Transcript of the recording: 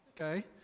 Okay